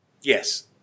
Yes